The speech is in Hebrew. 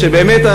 שבאמת,